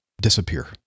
disappear